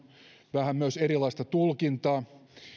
vähän myös erilaista tulkintaa